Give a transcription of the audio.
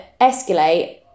escalate